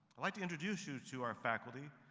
like to introduce you to our faculty,